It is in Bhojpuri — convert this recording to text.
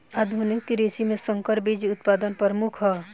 आधुनिक कृषि में संकर बीज उत्पादन प्रमुख ह